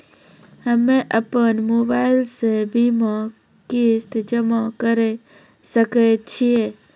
हम्मे अपन मोबाइल से बीमा किस्त जमा करें सकय छियै?